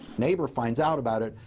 neighbor finds out about it,